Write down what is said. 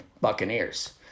Buccaneers